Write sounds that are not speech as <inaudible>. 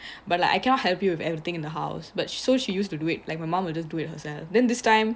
<breath> but like I can't help you with everything in the house but sh~ so she used to do it like my mom will just do it herself then this time